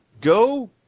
go